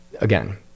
again